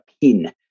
pin